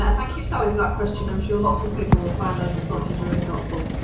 ah thank you sally for that question i'm sure lots of people will find those responses really helpful.